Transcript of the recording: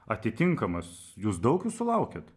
atitinkamas jūs daug jų sulaukiat